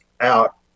out